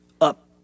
up